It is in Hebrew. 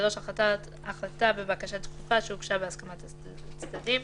החלטה בבקשה דחופה שהוגשה בהסכמת הצדדים.